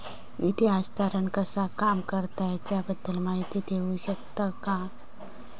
निधी हस्तांतरण कसा काम करता ह्याच्या बद्दल माहिती दिउक शकतात काय?